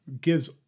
gives